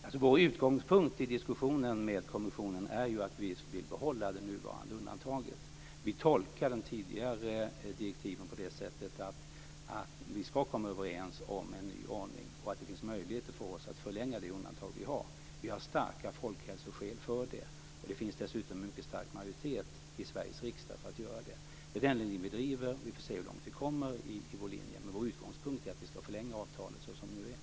Fru talman! Vår utgångspunkt i diskussionen med kommissionen är att vi vill behålla det nuvarande undantaget. Vi tolkar de tidigare direktiven på det sättet att vi ska komma överens om en ny ordning, och att det finns möjligheter för oss att förlänga det undantag vi har. Vi har starka folkhälsoskäl för det, och det finns dessutom en mycket stark majoritet i Sveriges riksdag för att göra detta. Det är den linjen vi driver, och vi får se hur långt vi kommer med vår linje. Vår utgångspunkt är alltså att vi ska förlänga avtalet så som det nu är.